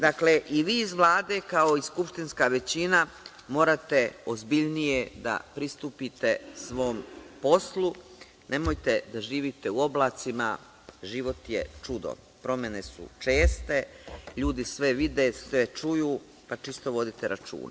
Dakle, i vi iz Vlade kao i skupštinska većina morate ozbiljnije da pristupite svom poslu, nemojte da živite u oblacima, život je čudo, promene su česte, ljudi sve vide, sve čuju, pa čisto vodite računa.